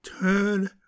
Turn